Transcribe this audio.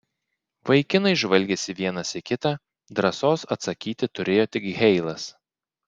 vaikinai žvalgėsi vienas į kitą drąsos atsakyti turėjo tik heilas